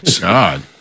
God